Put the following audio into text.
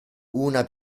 una